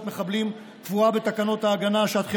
מחבלים קבועה בתקנות ההגנה (שעת חירום),